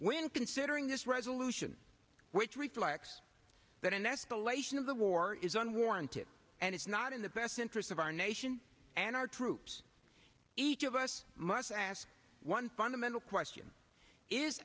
when considering this resolution which reflects that an escalation of the war is unwarranted and it's not in the best interest of our nation and our troops each of us must ask one fundamental question is